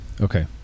Okay